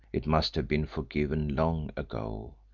it must have been forgiven long ago,